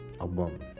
album